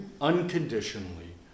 unconditionally